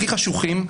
הכי חשוכים,